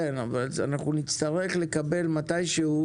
נצטרך מתישהו